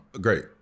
great